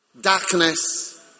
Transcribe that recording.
Darkness